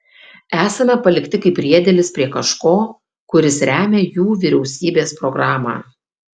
esame palikti kaip priedėlis prie kažko kuris remią jų vyriausybės programą